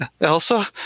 Elsa